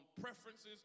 preferences